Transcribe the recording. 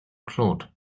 claude